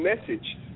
message